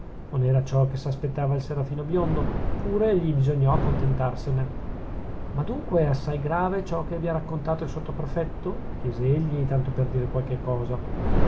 non era ciò che s'aspettava il serafino biondo pure gli bisognò contentarsene ma dunque è assai grave ciò che vi ha raccontato il sottoprefetto chiese egli tanto per dir qualche cosa